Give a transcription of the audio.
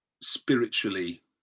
spiritually